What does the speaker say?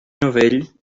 novell